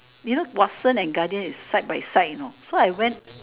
do you know Watsons and Guardian is side by side you know